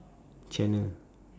channel